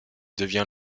devient